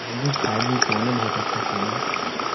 हाँ जी five G phone है बहुत अच्छा फोन है